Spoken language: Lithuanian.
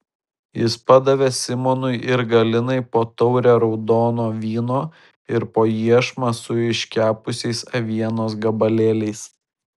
jis padavė simonui ir galinai po taurę raudono vyno ir po iešmą su iškepusiais avienos gabalėliais